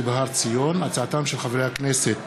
שבהר-ציון, הצעותיהם של חברי הכנסת